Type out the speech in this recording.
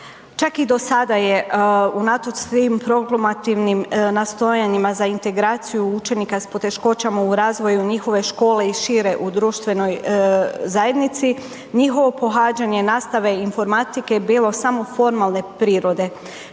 Čak i do sada je unatoč svim proklamativnim nastojanjima za integraciju učenika s poteškoćama u razvoju njihove škole i šire u društvenoj zajednici, njihovo pohađanje nastave informatike je bilo samo formalne prirode